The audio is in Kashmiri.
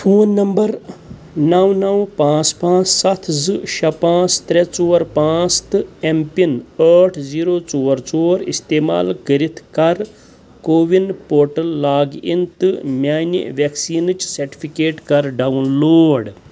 فون نمبر نَو نَو پانٛژھ پانٛژھ سَتھ زٕ شےٚ پانٛژھ ترٛےٚ ژور پانٛژھ تہٕ ایم پِن ٲٹھ زیٖرو ژور ژور اِستعمال کٔرِتھ کَر کوٚوِن پورٹل لاگ اِن تہٕ میٛانہِ ویکسیٖنٕچ سرٹیفِکیٹ کَر ڈاؤن لوڈ